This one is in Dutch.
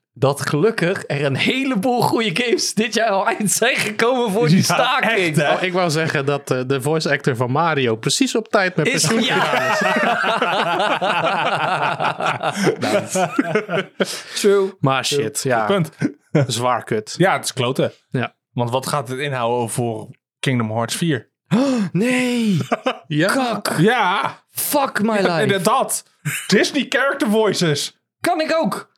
Dat gelukkig er een heleboel goede games dit jaar al uit zijn gekomen voor die staking. Ja, echt, hè? Oh, ik wou zeggen dat, eh, de voice actor van Mario precies op tijd met Is- pensioen gegaan is. Ja. Nou, dat is- True. Maar True. shit, ja. Punt. Zwaar kut. Ja, het is klote. Ja. Want wat gaat het inhouden voor Kingdom Hearts 4? Nee. Ja. Kak. Ja. Fuck my Ja, life. inderdaad. Disney character voices. Kan ik ook?